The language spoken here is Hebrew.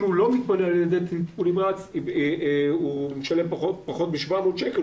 הוא לא מתפנה על ידי ניידת טיפול נמרץ הוא משלם פחות מ-700 שקל,